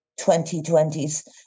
2020s